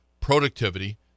productivity